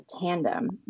tandem